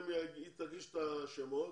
היא תגיש את השמות.